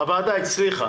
הוועדה הצליחה